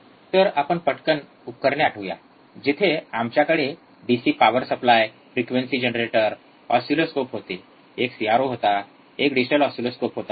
तर आपण पटकन उपकरणे आठवूया जिथे आमच्याकडे DC power supply frequency generator oscilloscope होते एक सीआरओ होता एक डिजिटल ऑसिलोस्कोप होता